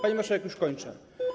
Pani marszałek, już kończę.